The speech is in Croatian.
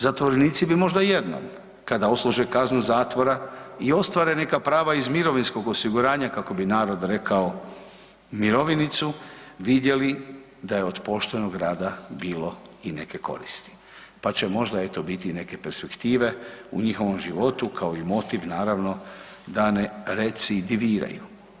Zatvorenici bi možda jednom kada odsluže kaznu zatvora i ostvare neka prava iz mirovinskog osiguranja kako bi narod rekao mirovinicu vidjeli da je od poštenog rada bilo i neke koristi, pa će možda eto biti neke perspektive u njihovom životu kao i motiv naravno da ne recidiviraju.